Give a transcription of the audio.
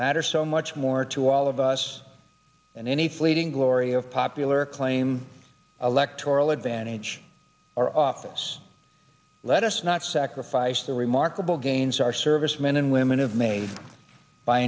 matter so much more to all of us and any fleeting glory of popular acclaim electoral advantage or office let us not sacrifice the remarkable gains our servicemen and women have made by